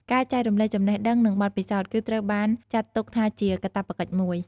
ការចែករំលែកចំណេះដឹងនឹងបទពិសោធន៍ គឺត្រូវបានចាត់ទុកថាជាកាតព្វកិច្ចមួយ។